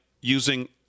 using